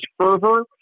fervor